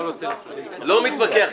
לא מתווכח,